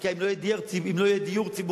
ובהצעות החקיקה אם לא יהיה דיור ציבורי.